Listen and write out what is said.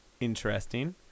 Interesting